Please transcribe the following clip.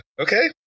Okay